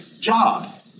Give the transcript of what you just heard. job